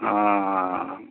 हाँ